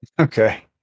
Okay